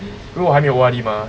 如果还没有 O_R_D mah